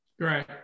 Great